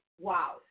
wow